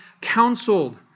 counseled